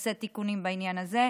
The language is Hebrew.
נעשה תיקונים בעניין הזה.